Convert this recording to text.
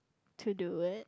to do it